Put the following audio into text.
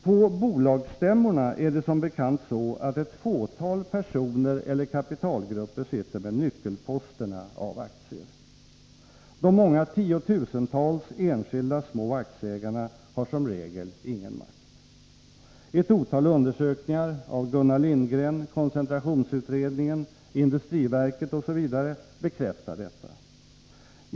På bolagsstämmorna är det som bekant ett fåtal personer eller kapitalgrupper som sitter med nyckelposterna av aktier. De många tiotusentals enskilda små aktieägarna har som regel ingen makt. Ett otal undersökningar — av Gunnar Lindgren, industriverket, koncentrationsutredningen osv. — bekräftar detta.